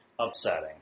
upsetting